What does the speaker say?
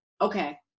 Okay